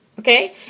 Okay